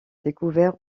découvert